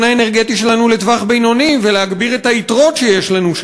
האנרגטי שלנו לטווח בינוני ולהגביר את יתרות גז שיש לנו,